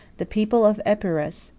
the people of epirus,